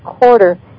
quarter